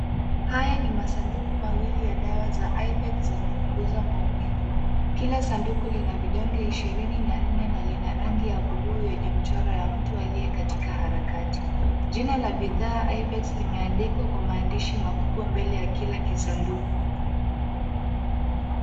Haya ni masanduku mawili ya dawa za cs[Ibex]cs za kupunguza maumivu. Kila sanduku lina vidonge ishirini na nne na lina rangi ya buluu yenye mchoro ya mtu aliye katika harakati. Jina la bidhaa cs[Ibex]cs limeandikwa kwa maandishi makubwa mbele ya kila kisanduku.